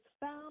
found